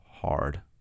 hard